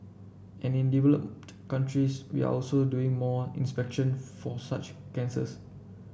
and in developed countries we are also doing more inspection for such cancers